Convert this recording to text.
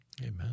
Amen